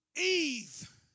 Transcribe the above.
Eve